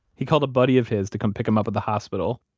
he called a buddy of his to come pick him up at the hospital.